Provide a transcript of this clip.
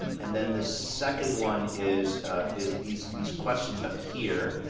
um and then the second one is is these these questions up here,